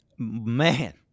Man